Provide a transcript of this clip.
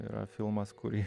yra filmas kurį